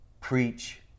Preach